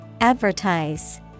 Advertise